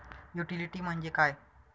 Utility म्हणजे काय?